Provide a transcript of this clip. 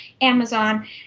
Amazon